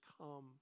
come